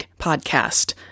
Podcast